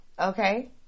okay